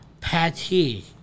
Patty